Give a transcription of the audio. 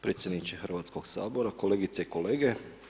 Predsjedniče Hrvatskog sabora, kolegice i kolege.